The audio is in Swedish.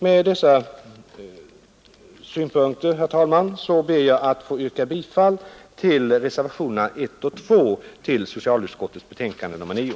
Med dessa synpunkter, herr talman, ber jag att få yrka bifall till reservationerna 1 och 2 vid socialutskottets betänkande nr 9.